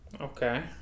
okay